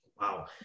Wow